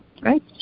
right